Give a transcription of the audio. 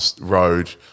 road